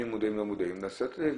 מידע שקיים,